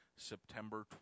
September